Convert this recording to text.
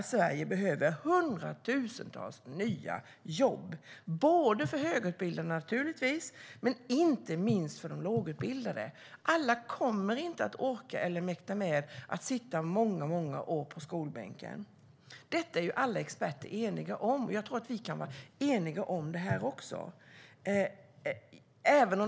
Sverige behöver hundratusentals nya jobb för både högutbildade och inte minst de lågutbildade. Alla kommer inte att orka eller mäkta med att sitta många år på skolbänken. Detta är alla experter eniga om. Vi kan vara eniga om det här också.